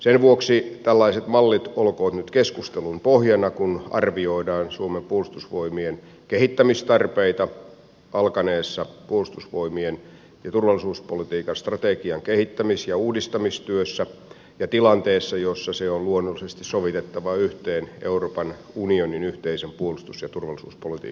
sen vuoksi tällaiset mallit olkoot nyt keskustelun pohjana kun arvioidaan suomen puolustusvoimien kehittämistarpeita alkaneessa puolustusvoimien ja turvallisuuspolitiikan strategian kehittämis ja uudistamistyössä ja tilanteessa jossa se on luonnollisesti sovitettava yhteen euroopan unionin yhteisen puolustus ja turvallisuuspolitiikan kanssa